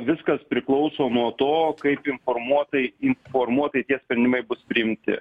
viskas priklauso nuo to kaip informuotai informuotai tie sprendimai bus priimti